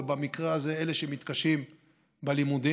ובמקרה הזה לאלה שמתקשים בלימודים,